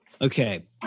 Okay